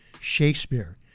Shakespeare